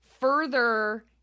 further